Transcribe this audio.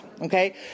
okay